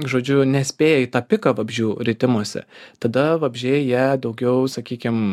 žodžiu nespėja į tą piką vabzdžių ritimosi tada vabzdžiai jie daugiau sakykim